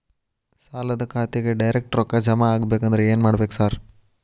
ಸಾಲದ ಖಾತೆಗೆ ಡೈರೆಕ್ಟ್ ರೊಕ್ಕಾ ಜಮಾ ಆಗ್ಬೇಕಂದ್ರ ಏನ್ ಮಾಡ್ಬೇಕ್ ಸಾರ್?